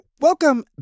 Welcome